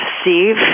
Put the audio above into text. Steve